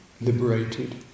liberated